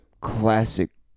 classic